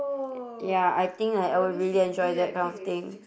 ya I think I I would really enjoy that kind of thing